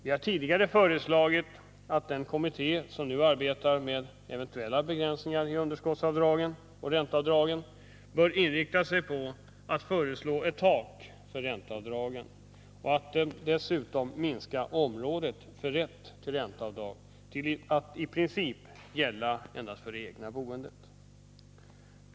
Vi har tidigare föreslagit att den kommitté som nu arbetar med eventuella begränsningar i underskottsavdragen och ränteavdragen bör inrikta sig på att föreslå ett tak för ränteavdragen och dessutom minska området för rätt till ränteavdrag till att i princip gälla endast för det egna boendet.